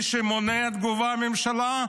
ומי שמונע תגובה בממשלה,